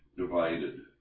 Divided